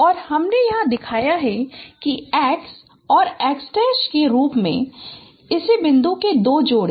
𝑚′ और हमने यहाँ दिखाया है कि x और x के रूप में इसी बिंदु के दो जोड़े